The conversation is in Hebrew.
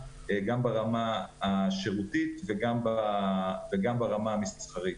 גם ברמה השירותית וגם ברמה המסחרית.